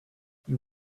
you